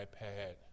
iPad